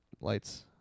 lights